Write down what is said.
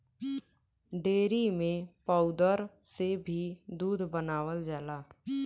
dairy में powder से भी दूध बनावल जाला